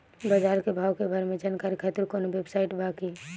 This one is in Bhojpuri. बाजार के भाव के बारे में जानकारी खातिर कवनो वेबसाइट बा की?